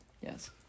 yes